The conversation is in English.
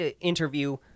interview